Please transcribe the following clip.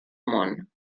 món